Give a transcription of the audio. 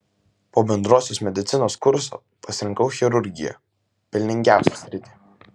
po bendrosios medicinos kurso pasirinkau chirurgiją pelningiausią sritį